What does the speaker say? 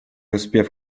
успев